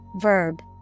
verb